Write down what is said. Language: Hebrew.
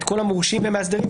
את כל המורשים והמאסדרים,